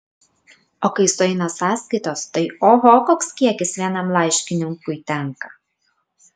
o kai sueina sąskaitos tai oho koks kiekis vienam laiškininkui tenka